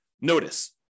Notice